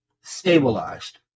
stabilized